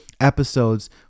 episodes